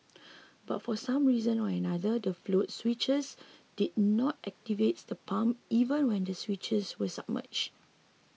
but for some reason or another the float switches did not activate the pumps even when the switches were submerged